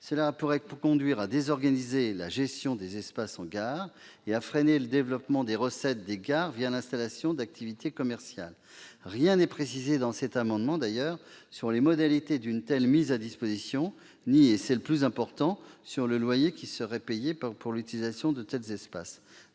Cela pourrait conduire à désorganiser la gestion de ces espaces et à freiner le développement des recettes des gares résultant de l'installation d'activités commerciales. D'ailleurs, rien n'est précisé dans cet amendement sur les modalités d'une telle mise à disposition ni- et c'est le plus important - sur le loyer qui serait versé pour l'utilisation de tels espaces.